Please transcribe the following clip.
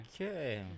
Okay